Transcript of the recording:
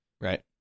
Right